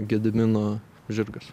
gedimino žirgas